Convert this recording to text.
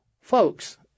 Folks